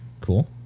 cool